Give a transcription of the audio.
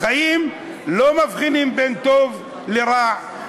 החיים לא מבחינים בין טוב לרע,